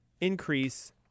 increase